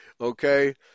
Okay